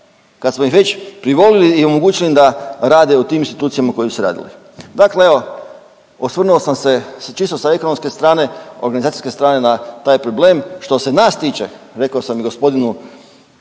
kad smo ih već privolili i omogućili im da rade u tim institucijama u kojima su radili. Dakle evo, osvrnuo sam se čisto sa ekonomske strane, organizacijske strane na taj problem. Što se nas tiče rekao sam i gospodinu